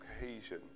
cohesion